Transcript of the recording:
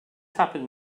happened